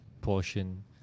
portion